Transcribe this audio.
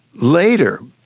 later,